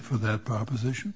for the proposition